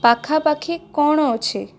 ପାଖାପାଖି କ'ଣ ଅଛି